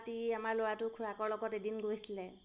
ৰাতি আমাৰ ল'ৰাটো খুৰাকৰ লগত এদিন গৈছিলে